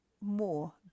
more